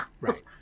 Right